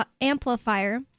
amplifier